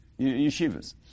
yeshivas